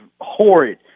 horrid